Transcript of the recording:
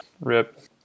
rip